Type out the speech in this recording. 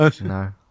no